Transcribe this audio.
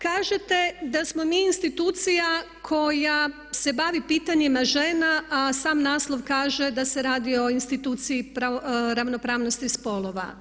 Kažete da smo mi institucija koja se bavi pitanjima žena a sam naslov kaže da se radi o instituciji ravnopravnosti spolova.